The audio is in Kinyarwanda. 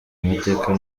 amateka